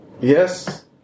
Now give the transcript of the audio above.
yes